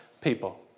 people